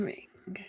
Ring